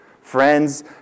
Friends